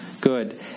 Good